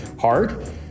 hard